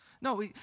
No